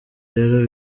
rero